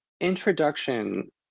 introduction